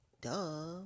Duh